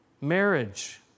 Marriage